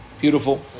beautiful